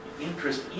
interest